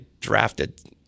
drafted